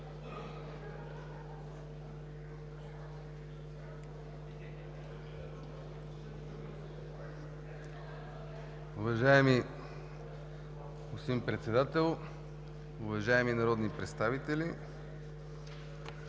Уважаеми господин Председател, уважаеми народни представители!